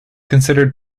considered